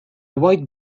white